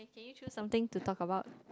can you choose something to talk about